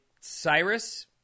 Cyrus